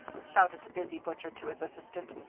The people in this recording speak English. shouted the busy butcher to his assistant,